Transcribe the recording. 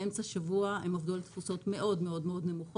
באמצע שבוע הם עבדו על תפוסות מאוד מאוד נמוכות,